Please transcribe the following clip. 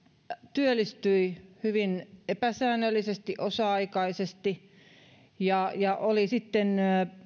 työllistyi hyvin epäsäännöllisesti osa aikaisesti ja ja oli sitten